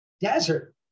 desert